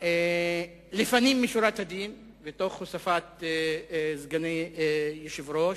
לפנים משורת הדין, ותוך הוספת סגני יושב-ראש.